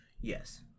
Yes